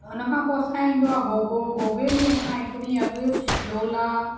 हुनखां पोइ असांजो ईंदो आहे ॻोगो ॻोगे में असां हिकु ॾींहुं अॻु लोला